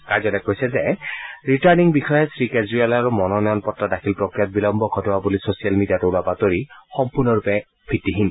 কাৰ্যালয়ে কৈছে যে ৰিটাৰ্ণিং বিষয়াই শ্ৰীকেজৰিৱালৰ মনোনয়ন পত্ৰ দাখিল প্ৰক্ৰিয়াত বিলম্ব ঘটোৱা বুলি ছচিয়েল মিডিয়াত ওলোৱা বাতৰি সম্পূৰ্ণৰূপে ভিত্তিহীন